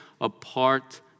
apart